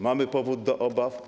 Mamy powód do obaw?